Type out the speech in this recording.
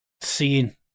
seeing